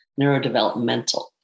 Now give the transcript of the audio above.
neurodevelopmental